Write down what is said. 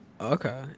Okay